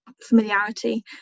familiarity